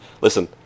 listen